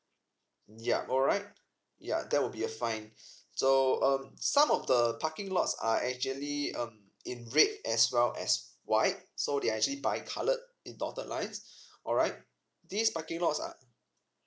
yup alright yup that would be a fine so um some of the parking lots are actually um in red as well as white so they are actually by coloured in dotted lines alright this parking lots are